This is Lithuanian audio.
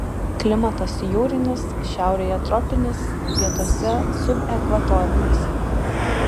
klimatas jūrinis šiaurėje tropinis pietuose subekvatorinis